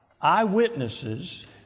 eyewitnesses